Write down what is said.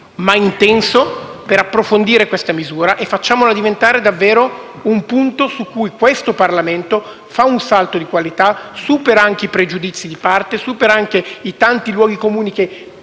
ma intenso, per approfondire questa misura e facciamola diventare davvero un punto su cui questo Parlamento fa un salto di qualità, superando i pregiudizi di parte e i tanti luoghi comuni che